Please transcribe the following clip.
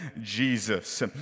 Jesus